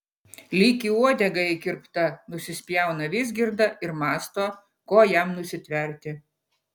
lyg į uodegą įkirpta nusispjauna vizgirda ir mąsto ko jam nusitverti